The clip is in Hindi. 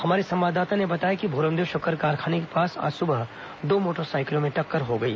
हमारे संवाददाता ने बताया कि भोरमदेव शक्कर कारखाने के पास आज सुबह दो मोटरसाइकिलों में टक्कर हो गई